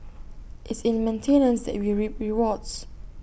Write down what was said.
it's in maintenance that we reap rewards